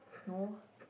no